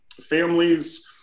families